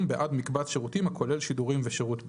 בעד מקבץ שירותים הכולל שידורים ושירות בזק,"."